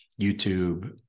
YouTube